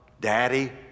Daddy